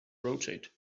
rotate